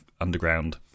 underground